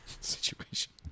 situation